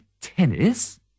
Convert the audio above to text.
tennis